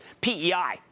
PEI